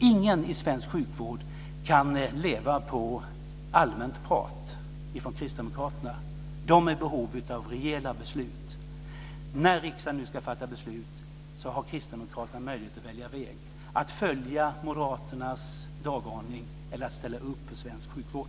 Ingen i svensk sjukvård kan leva på allmänt prat från Kristdemokraterna - där är man i behov av rejäla beslut. När riksdagen nu ska fatta beslut har Kristdemokraterna möjlighet att välja väg: att följa Moderaternas dagordning eller att ställa upp för svensk sjukvård.